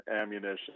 ammunition